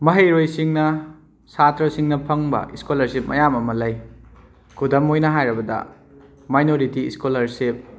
ꯃꯍꯩꯔꯣꯏꯁꯤꯡꯅ ꯁꯥꯇ꯭ꯔꯁꯤꯡꯅ ꯐꯪꯕ ꯁ꯭ꯀꯣꯂꯔꯁꯤꯞ ꯃꯌꯥꯝ ꯑꯃ ꯂꯩ ꯈꯨꯗꯝ ꯑꯣꯏꯅ ꯍꯥꯏꯔꯕꯗ ꯃꯥꯏꯅꯣꯔꯤꯇꯤ ꯁ꯭ꯀꯣꯂꯔꯁꯤꯞ